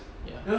ya